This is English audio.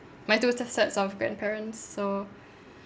my two s~ sets of grandparents so